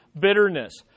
bitterness